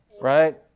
Right